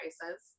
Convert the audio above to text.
prices